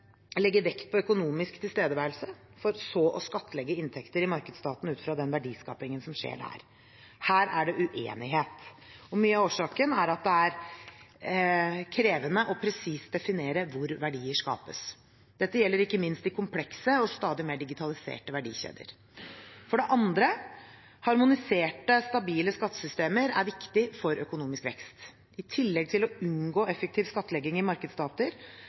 legge vekt på økonomisk tilstedeværelse, for så å skattlegge inntekter i markedsstaten ut fra den verdiskapingen som skjer der. Her er det uenighet. Mye av årsaken er at det er krevende å presist definere hvor verdier skapes. Dette gjelder ikke minst i komplekse og stadig mer digitaliserte verdikjeder. For det andre: Harmoniserte stabile skattesystemer er viktig for økonomisk vekst. I tillegg til å unngå effektiv skattlegging i markedsstater